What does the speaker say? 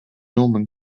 norman